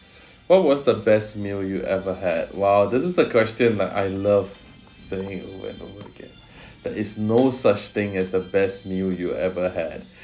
what was the best meal you ever had !wow! this is a question that I love saying oh I don't really care there is no such thing as the best meal you ever had